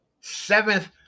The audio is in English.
seventh